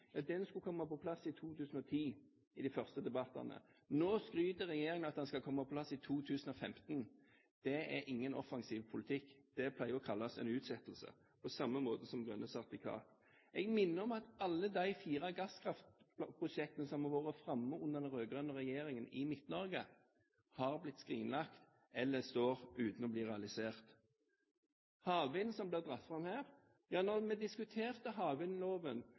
Bondevik-regjeringen. Den kraftlinjen som skulle redde Midt-Norge-situasjonen, da vi diskuterte problematikken i 2005, skulle komme på plass i 2010 – i de første debattene. Nå skryter regjeringen av at den skal komme på plass i 2015. Det er ingen offensiv politikk, det pleier å kalles en utsettelse – på samme måte som grønne sertifikat. Jeg vil minne om at alle de fire gasskraftprosjektene som har vært framme under den rød-grønne regjeringen i Midt-Norge, har blitt skrinlagt eller står uten å bli realisert. Havvind ble dratt fram her. Da vi diskuterte